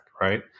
Right